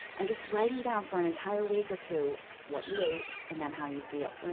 and just writing down for an entire week or two what you ate and then how you feel